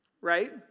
right